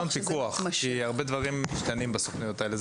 פיקוח כי הרבה דברים משתנים בסוכנויות האלה.